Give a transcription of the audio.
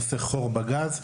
שעושה חור בגז,